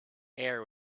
air